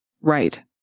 Right